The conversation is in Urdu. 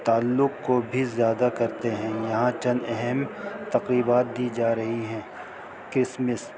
تعلق کو بھی زیادہ کرتے ہیں یہاں چند اہم تقریبات دی جا رہی ہیں کرسمس